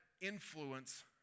influence